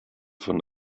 von